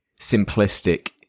simplistic